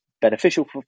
beneficial